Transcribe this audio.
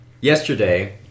yesterday